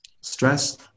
stress